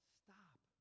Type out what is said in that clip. stop